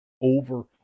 over